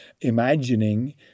imagining